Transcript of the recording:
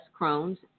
Crohn's